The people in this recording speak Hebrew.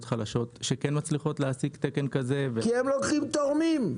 חלשות שכן מצליחות להשיג תקן כזה --- כי הם לוקחים תורמים.